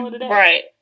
right